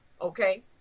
okay